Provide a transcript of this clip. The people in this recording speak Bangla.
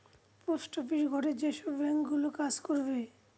পোস্ট অফিস ঘরে যেসব ব্যাঙ্ক গুলো কাজ করবে